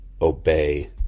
obey